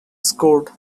scored